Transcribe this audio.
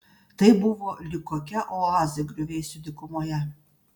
tai buvo lyg kokia oazė griuvėsių dykumoje